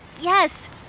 Yes